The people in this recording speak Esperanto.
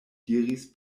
diris